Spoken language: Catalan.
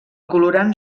colorant